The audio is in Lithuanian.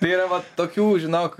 tai yra va tokių žinok